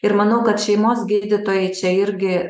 ir manau kad šeimos gydytojai čia irgi